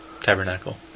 tabernacle